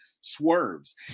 swerves